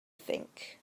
think